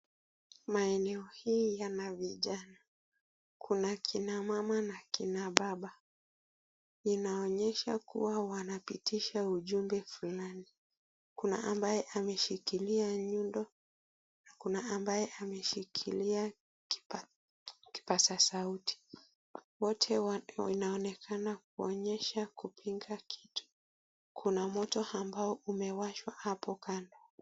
Maeneo hii yana vijana, kuna kina mama na kina baba, inaonyesha kuwa wanapitisha ujumbe fulani. Kuna ambaye ameshikilia nyundo, kuna ambaye ameshikilia kipasa sauti. Wote wanaonekena kuonyesha kupinga kitu. Kuna moto ambao umewashwa hapo kando.